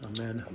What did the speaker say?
Amen